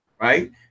right